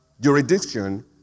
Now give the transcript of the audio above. jurisdiction